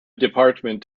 department